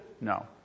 No